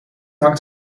hangt